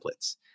templates